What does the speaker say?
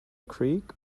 creek